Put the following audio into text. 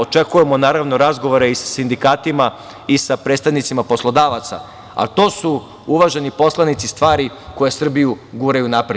Očekujemo, naravno, razgovore i sa sindikatima i sa predstavnicima poslodavaca, ali to su, uvaženi poslanici, stvari koje Srbiju guraju napred.